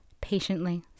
patiently